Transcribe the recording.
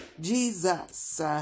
Jesus